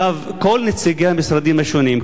כל נציגי המשרדים השונים,